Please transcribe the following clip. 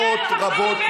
ובתוכם מאות רבות,